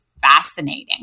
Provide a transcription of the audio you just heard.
fascinating